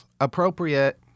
Appropriate